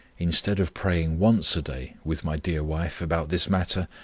instead of praying once a day with my dear wife about this matter,